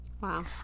Wow